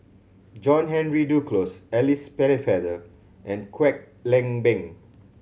John Henry Duclos Alice Pennefather and Kwek Leng Beng